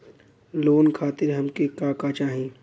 Loan खातीर हमके का का चाही?